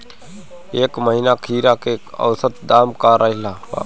एह महीना खीरा के औसत दाम का रहल बा?